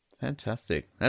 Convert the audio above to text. Fantastic